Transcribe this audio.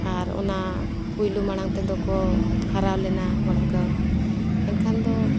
ᱟᱨ ᱚᱱᱟ ᱯᱳᱭᱞᱳ ᱢᱟᱲᱟᱝ ᱛᱮᱫᱚ ᱠᱚ ᱦᱟᱨᱟᱣ ᱞᱮᱱᱟ ᱣᱟᱞᱰ ᱠᱟᱯ ᱮᱱᱠᱷᱟᱱ ᱫᱚ